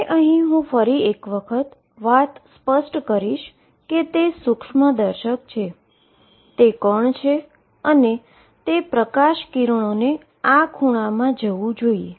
હવે અહી હુ ફરી એક વખત વાત સ્પષ્ટ કરીશ કે તે માઈક્રોસ્કોપ છે તે પાર્ટીકલ છે અને તે લાઈટ રે ને આ ખૂણામાં જવું જોઈએ